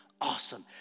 awesome